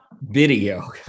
video